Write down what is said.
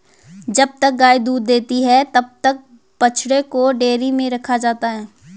जब तक गाय दूध देती है तब तक बछड़ों को डेयरी में रखा जाता है